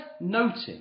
noting